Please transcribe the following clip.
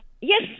Yes